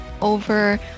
over